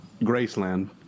Graceland